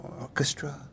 orchestra